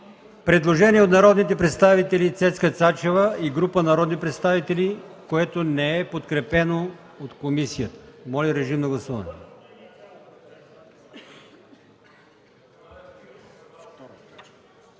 предложение на народния представител Мустафа Карадайъ и група народни представители, което не е подкрепено от комисията. Моля, режим на гласуване.